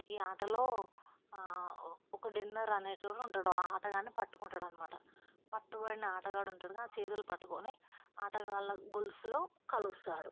ఈ ఆటలో ఒక డిన్నర్ అనే వాడు ఉంటాడు ఆ ఆటగాణ్ణి పట్టుకుంటాడు అన్నమాట పట్టుబడిన ఆటగాడు ఉంటాడు కదా ఆ చేతులు పట్టుకొని ఆటగాళ్ళ గొలుసులో కలుస్తాడు